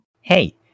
Hey